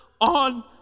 on